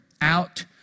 out